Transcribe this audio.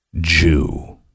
Jew